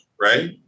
right